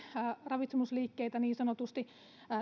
ravitsemusliikkeitä